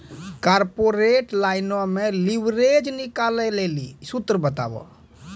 corporate लाइनो मे leverage निकालै लेली सूत्र बताबो